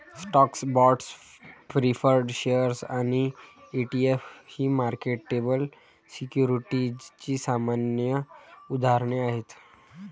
stocks, bonds, preferred shares आणि ETF ही marketable सिक्युरिटीजची सामान्य उदाहरणे आहेत